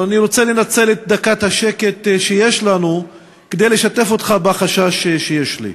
אבל אני רוצה לנצל את דקת השקט שיש לנו כדי לשתף אותך בחשש שיש לי.